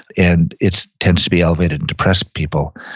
and it tends to be elevated in depressed people.